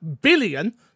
billion